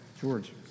george